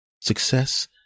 success